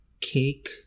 cake